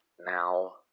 Now